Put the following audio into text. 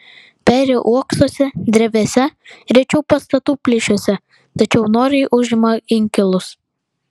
peri uoksuose drevėse rečiau pastatų plyšiuose tačiau noriai užima inkilus